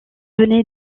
venait